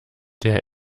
der